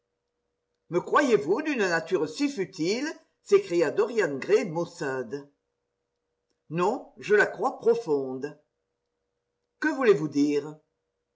me croyez-vous d'une nature si futile s'écria dorian gray maussade non je la crois profonde que voulez-vous dire